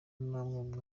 namwe